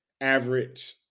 average